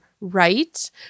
right